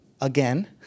again